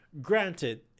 granted